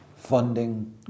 funding